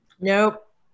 nope